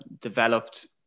developed